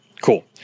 Cool